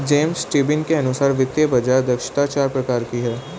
James Tobin के अनुसार वित्तीय बाज़ार दक्षता चार प्रकार की है